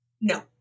No